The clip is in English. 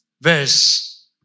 verse